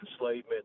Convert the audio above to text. enslavement